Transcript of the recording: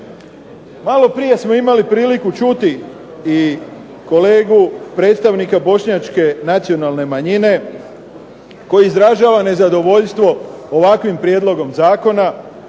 Malo prije smo imali priliku čuti i kolegu predstavnika bošnjačke nacionalne manjine, koji izražava nezadovoljstvo ovakvim prijedlogom Zakona,